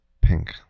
pink